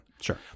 Sure